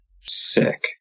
Sick